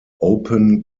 open